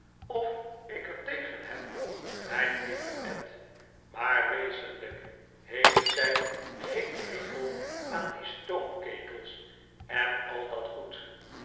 of ik er tegen heb myn lieve ed maar wezenlyk heeft zy geen hekel aan die stoomketels en al dat goed